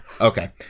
Okay